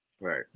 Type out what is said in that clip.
right